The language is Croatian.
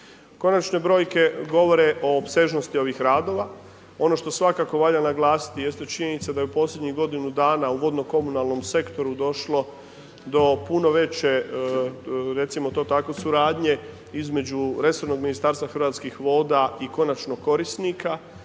Konačni brojke govore o opsežnosti ovih radova, ono što svakako valja naglasiti, jeste činjenica da je u posljednjih godinu dana, u vodno komunalnom sektoru došlo do puno veće recimo to tako suradnje između resornog ministarstva Hrvatskih voda i konačno korisnika.